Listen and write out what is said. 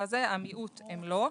המיעוט לא.